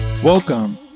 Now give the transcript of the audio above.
Welcome